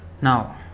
Now